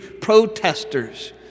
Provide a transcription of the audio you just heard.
protesters